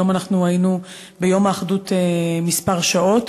היום אנחנו היינו ביום האחדות כמה שעות.